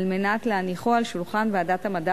על מנת להניחו על שולחן ועדת המדע